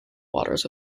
waters